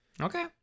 Okay